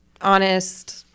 honest